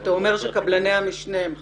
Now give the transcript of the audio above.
אתה אומר שקבלני המשנה הם חאפרים.